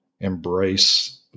embrace